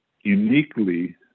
uniquely